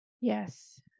yes